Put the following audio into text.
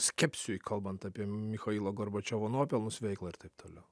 skepsiui kalbant apie michailo gorbačiovo nuopelnus veiklą ir taip toliau